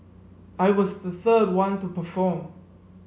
I was the third one to perform